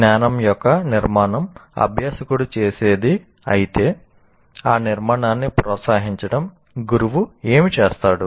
జ్ఞానం యొక్క నిర్మాణం అభ్యాసకుడు చేసేది అయితే ఆ నిర్మాణాన్ని ప్రోత్సహించడం గురువు ఏమి చేస్తాడు